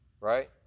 right